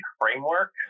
Framework